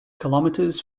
kilometers